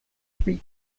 three